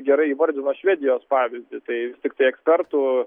gerai įvardino švedijos pavyzdį tai tiktai ekspertų